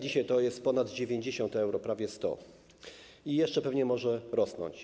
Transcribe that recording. Dzisiaj to jest ponad 90 euro, prawie 100, i jeszcze pewnie może rosnąć.